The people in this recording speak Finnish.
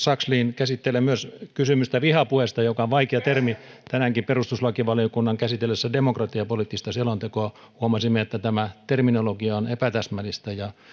sakslin käsittelee myös kysymystä vihapuheesta joka on vaikea termi tänäänkin perustuslakivaliokunnan käsitellessä demokratiapoliittista selontekoa huomasimme että tämä terminologia on epätäsmällistä ja